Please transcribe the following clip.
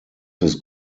this